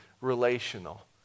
relational